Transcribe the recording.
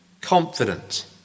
confident